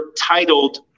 titled